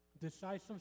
decisive